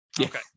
okay